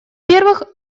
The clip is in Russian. первых